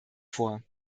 vor